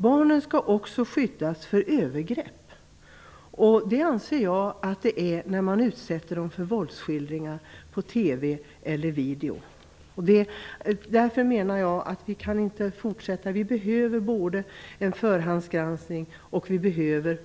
Barnen skall skyddas mot övergrepp. Jag anser att det är ett övergrepp att utsätta dem för våldsskildringar på TV eller video. Därför menar jag att vi inte kan fortsätta så här. Vi behöver en förhandsgranskning, och vi behöver